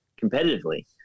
competitively